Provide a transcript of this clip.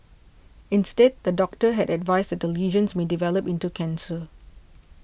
instead the doctor had advised that the lesions may develop into cancer